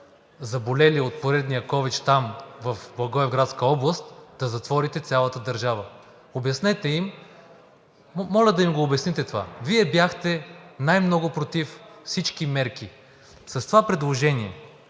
заболели от поредния ковид щам в Благоевградска област, да затворите цялата държава?! Обяснете им. Моля да им обясните това. Вие най-много бяхте против всички мерки. С това предложение